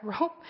rope